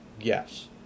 Yes